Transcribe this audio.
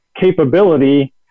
capability